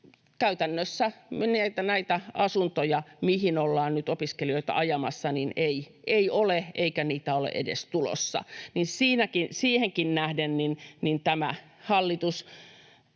käytännössä näitä asuntoja, mihin ollaan nyt opiskelijoita ajamassa, ei ole, eikä niitä ole edes tulossa. Siihenkin nähden tämä esitys